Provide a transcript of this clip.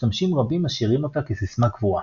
משתמשים רבים משאירים אותה כסיסמה קבועה.